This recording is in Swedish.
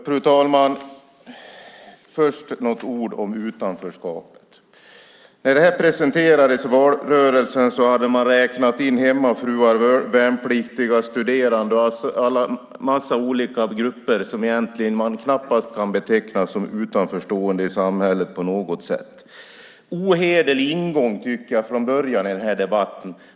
Fru talman! Jag ska först säga något om utanförskapet. När detta presenterades i valrörelsen hade man räknat in hemmafruar, värnpliktiga, studerande och en massa olika grupper som man egentligen knappast kan beteckna som att de står utanför samhället. Jag tycker att det är en ohederlig ingång från början i denna debatt.